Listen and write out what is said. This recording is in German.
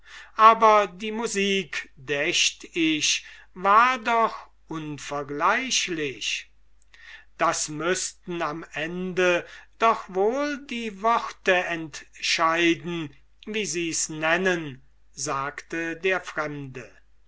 aber die musik dächt ich war doch unvergleichlich das müßten am ende doch wohl die worte entscheiden wie sie's nennen sagte der fremde